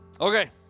Okay